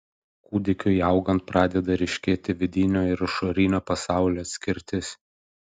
kūdikiui augant pradeda ryškėti vidinio ir išorinio pasaulio atskirtis